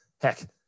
Heck